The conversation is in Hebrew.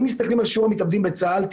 אם מסתכלים על שיעור המתאבדים בצה"ל,